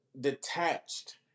Detached